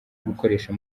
gukoresha